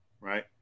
right